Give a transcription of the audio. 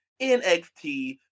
NXT